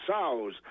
sows